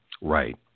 Right